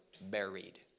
buried